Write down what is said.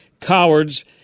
cowards